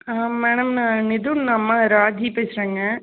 ஆ madam நான் மிதுன் அம்மா ராஜி பேசுகிறேங்க